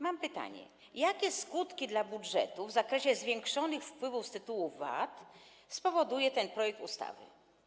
Mam pytanie: Jakie skutki dla budżetu w zakresie zwiększonych wpływów z tytułu VAT spowoduje ten projekt ustawy?